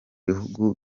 bihugu